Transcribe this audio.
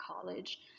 college